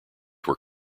were